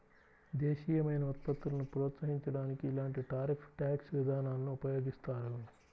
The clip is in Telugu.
దేశీయమైన ఉత్పత్తులను ప్రోత్సహించడానికి ఇలాంటి టారిఫ్ ట్యాక్స్ విధానాలను ఉపయోగిస్తారు